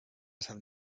sant